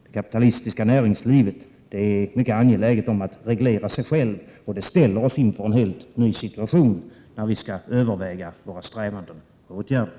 Det kapitalistiska näringslivet är mycket angeläget om att reglera sig självt, och det ställer oss inför en helt ny situation när vi skall överväga våra strävanden och åtgärder.